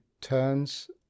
turns